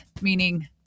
Meaning